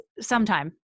sometime